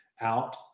out